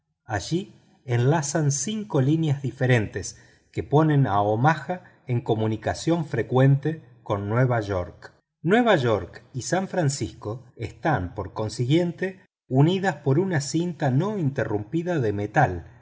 allí enlazan cinco líneas diferentes que ponen a omaha en comunicación frecuente con nueva york nueva york y san francisco están por consiguiente unidas por una cinta no interrumpida de metal